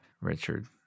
Richard